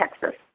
Texas